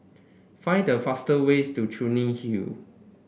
find the fast ways to Clunny Hill